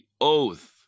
oath